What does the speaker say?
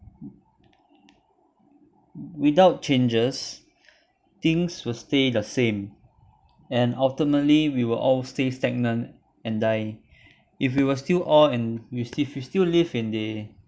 without changes things will stay the same and ultimately we will all stay stagnant and die if we were still all and we still live in the